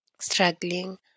struggling